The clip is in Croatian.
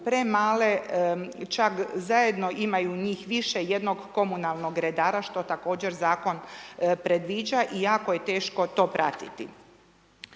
premale, čak zajedno imaju njih više, jednog komunalnog redara, što također Zakon predviđa i jako je teško to pratiti.